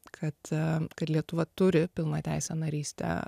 kad kad lietuva turi pilnateisę narystę